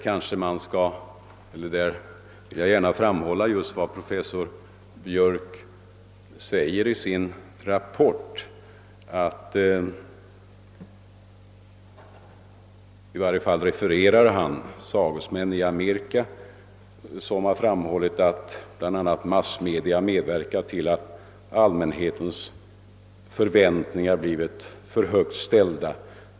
Jag vill därvidlag gärna understryka den uppfattning som professor Biörck i sin rapport refererar från en del av sina sagesmän i USA, nämligen att bl.a. massmedia medverkat till att allmänhetens förväntningar blivit för högt ställda.